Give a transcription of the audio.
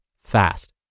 fast